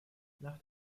nach